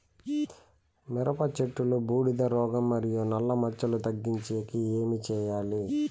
మిరప చెట్టులో బూడిద రోగం మరియు నల్ల మచ్చలు తగ్గించేకి ఏమి చేయాలి?